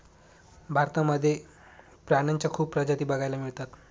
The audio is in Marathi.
भारतामध्ये प्राण्यांच्या खूप प्रजाती बघायला मिळतात